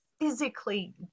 physically